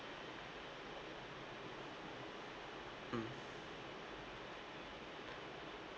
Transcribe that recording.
mm